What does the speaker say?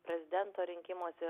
prezidento rinkimuose ir